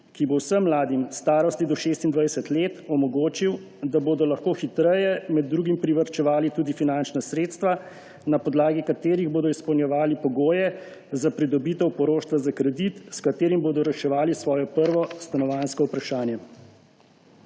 ki bo vsem mladim v starosti do 26 let omogočil, da bodo lahko hitreje med drugim privarčevali tudi finančna sredstva, na podlagi katerih bodo izpolnjevali pogoje za pridobitev poroštva za kredit, s katerim bodo reševali svojo prvo stanovanjsko vprašanje.